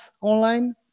online